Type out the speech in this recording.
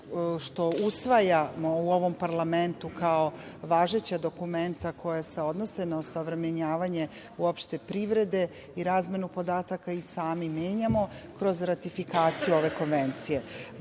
što usvajamo u ovom parlamentu kao važeća dokumenta koja se odnose na osavremenjavanje uopšte privrede i razmenu podataka i sami menjamo kroz ratifikaciju ove konvencije. Drugi